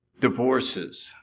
divorces